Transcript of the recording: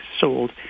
sold